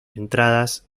entradas